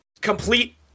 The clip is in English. complete